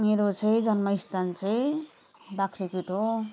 मेरो चाहिँ जन्मस्थान चाहिँ बाख्राकोट हो